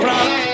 Rock